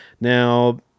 Now